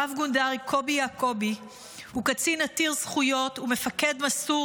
רב-גונדר קובי יעקובי הוא קצין עתיר זכויות ומפקד מסור